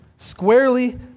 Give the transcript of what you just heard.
squarely